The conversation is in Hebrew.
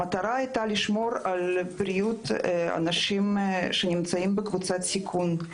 המטרה הייתה לשמור על בריאות האנשים שנמצאים בקבוצת סיכון,